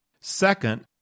Second